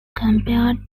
compared